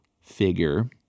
figure